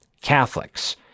Catholics